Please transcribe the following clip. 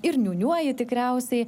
ir niūniuoji tikriausiai